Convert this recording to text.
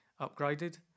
upgraded